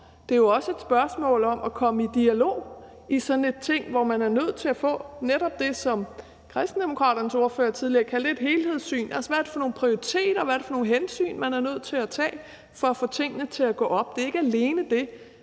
det er også et spørgsmål om at komme i dialog i sådan et ting, hvor man er nødt til at få netop det, som Kristendemokraternes ordfører tidligere kaldte et helhedssyn, altså at se på hvad det er for nogle prioriteter, hvad det er for nogle hensyn, man er nødt til at tage for at få tingene til at gå op. Det er ikke alene det